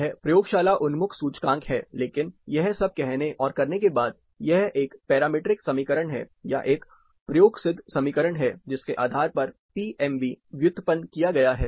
यह प्रयोगशाला उन्मुख सूचकांक है लेकिन यह सब कहने और करने के बाद यह एक पैरामीट्रिक समीकरण है या एक प्रयोगसिद्ध समीकरण है जिसके आधार पर पीएमवी व्युत्पन्न किया गया है